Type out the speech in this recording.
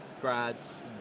grads